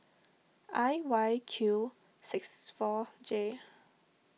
I Y Q six four J